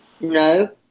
No